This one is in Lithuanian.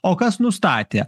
o kas nustatė